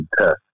test